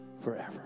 forever